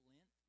Lent